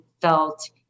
felt